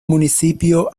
municipio